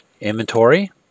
inventory